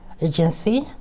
agency